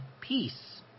peace